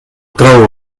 trau